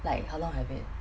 like how long have we've